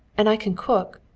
and i can cook!